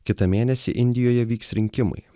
kitą mėnesį indijoje vyks rinkimai